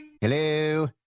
Hello